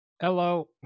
Hello